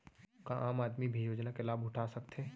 का आम आदमी भी योजना के लाभ उठा सकथे?